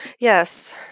Yes